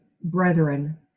brethren